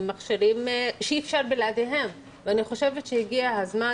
מכשירים שאי אפשר בלעדיהם ואני חושבת שהגיע הזמן,